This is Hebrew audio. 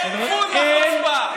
אין גבול לחוצפה.